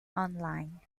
online